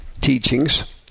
teachings